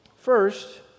First